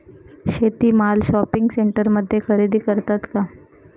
शेती माल शॉपिंग सेंटरमध्ये खरेदी करतात का?